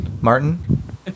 Martin